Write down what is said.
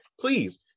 please